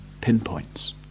pinpoints